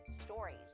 stories